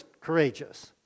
courageous